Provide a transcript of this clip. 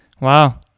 Wow